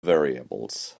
variables